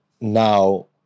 now